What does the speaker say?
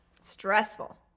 Stressful